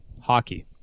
hockey